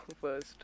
first